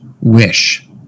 wish